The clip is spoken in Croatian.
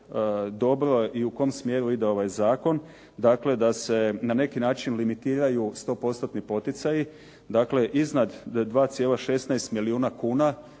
dobro i u kom smjeru ide ovaj zakon, dakle da se na neki način limitiraju 100%-tni poticaji dakle iznad 2,16 milijuna kuna,